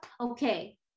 okay